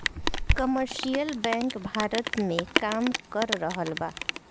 commercial bank Bharat में काम कर रहल बा